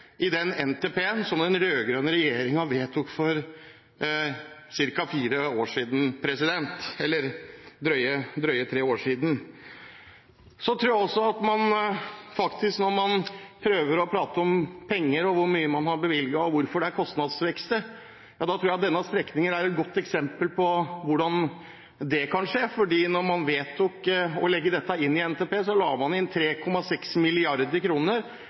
i den NTP-en som den rød-grønne regjeringen vedtok for drøyt tre år siden. Når man prøver å prate om penger, om hvor mye man har bevilget, og hvorfor det er kostnadsvekst, tror jeg denne strekningen er et godt eksempel på hvordan ting kan skje. Da man vedtok å legge dette inn i NTP, la man inn 3,6